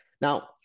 Now